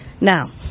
Now